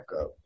up